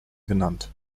genannt